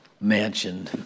mansion